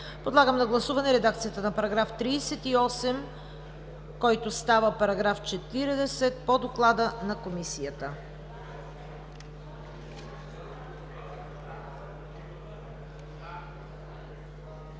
Подлагам на гласуване редакцията за § 38, който става § 40 по Доклада на Комисията.